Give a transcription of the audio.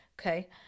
Okay